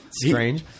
Strange